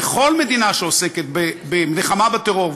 כל מדינה שעוסקת במלחמה בטרור,